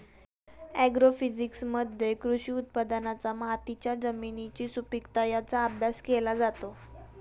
ॲग्रोफिजिक्समध्ये कृषी उत्पादनांचा मातीच्या जमिनीची सुपीकता यांचा अभ्यास केला जातो